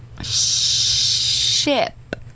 Ship